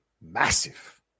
massive